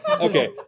Okay